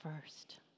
first